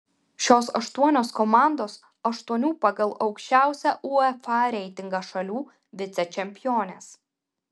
šios aštuonios komandos aštuonių pagal aukščiausią uefa reitingą šalių vicečempionės